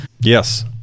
Yes